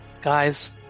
Guys